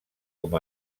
com